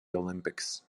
olympics